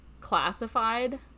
classified